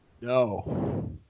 No